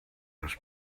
this